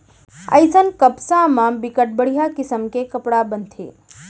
अइसन कपसा म बिकट बड़िहा किसम के कपड़ा बनथे